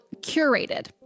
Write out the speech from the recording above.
curated